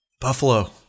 Buffalo